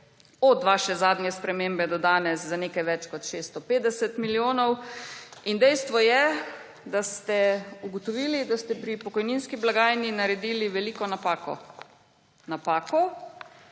od vaše zadnje spremembe do danes za nekaj več kot 650 milijonov. In dejstvo je, da ste ugotovili, da ste pri pokojninski blagajni naredili veliko napako. Napako